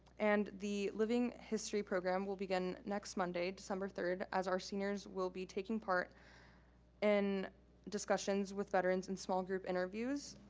and the living history program will begin next monday, december third, as our seniors will be taking part in discussions with veterans and small group interviews,